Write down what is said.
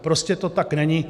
Prostě to tak není.